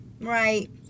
Right